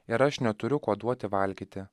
ir aš neturiu ko duoti valgyti